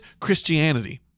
Christianity